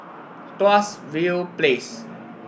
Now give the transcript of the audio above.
Tuas View Place